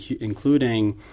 including